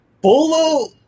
Bolo